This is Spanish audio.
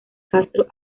castro